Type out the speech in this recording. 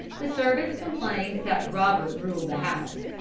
the servants complained that robert ruled the house,